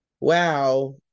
Wow